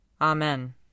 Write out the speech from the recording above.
Amen